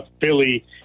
Philly –